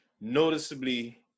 noticeably